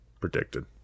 predicted